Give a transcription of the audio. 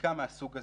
לחקיקה מהסוג הזה.